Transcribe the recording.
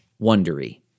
Wondery